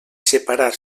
separar